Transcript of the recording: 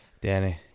Danny